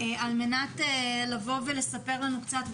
על מנת לבוא ולספר לנו קצת,